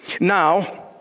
Now